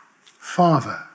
father